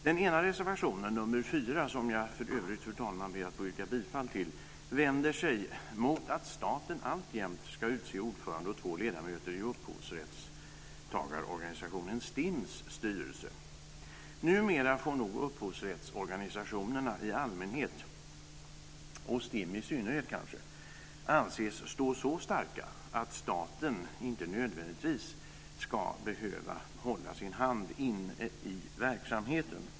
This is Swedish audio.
Den ena reservationen - nr 4, som jag för övrigt ber att få yrka bifall till - vänder sig mot att staten alltjämt ska utse ordförande och två ledamöter i upphovsrättsorganisationen STIM:s styrelse. Numera får nog upphovsrättsorganisationerna i allmänhet och kanske STIM i synnerhet anses stå så starka att staten inte nödvändigtvis ska behöva hålla sin hand inne i verksamheten.